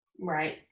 Right